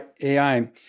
AI